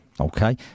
okay